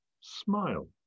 smile